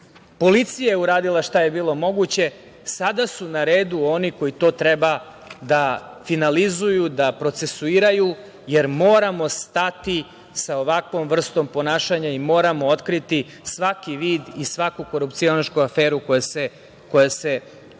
policija je uradila šta je bilo moguće, sada su na redu oni koji to treba da finalizuju, da procesuiraju, jer moramo stati sa ovakvom vrstom ponašanja i moramo otkriti svaki vid i svaku korupcionašku aferu koja se pojavi